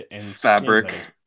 fabric